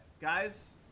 guys